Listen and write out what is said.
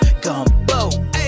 gumbo